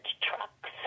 trucks